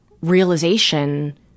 realization